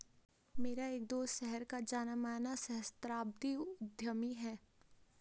मेरा एक दोस्त शहर का जाना माना सहस्त्राब्दी उद्यमी है